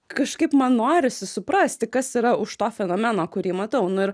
kažkaip man norisi suprasti kas yra už to fenomeno kurį matau nu ir